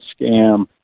scam